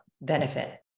benefit